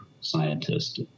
scientist